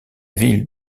ville